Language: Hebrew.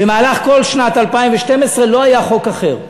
במהלך כל שנת 2012 לא היה חוק אחר.